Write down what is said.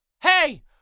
Hey